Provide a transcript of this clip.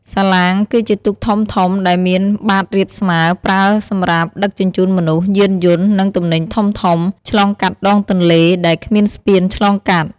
សាឡាងគឺជាទូកធំៗដែលមានបាតរាបស្មើ ប្រើសម្រាប់ ដឹកជញ្ជូនមនុស្ស យានយន្ត និងទំនិញធំៗ ឆ្លងកាត់ដងទន្លេ ដែលគ្មានស្ពានឆ្លងកាត់។